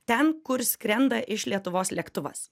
ten kur skrenda iš lietuvos lėktuvas